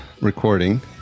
recording